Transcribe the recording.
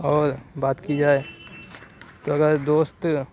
اور بات کی جائے تو اگر دوست